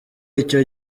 icyo